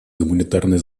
гуманитарной